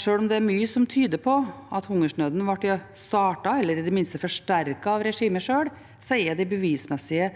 Selv om det er mye som tyder på at hungersnøden ble startet eller i det minste forsterket av regimet selv, er de bevismessige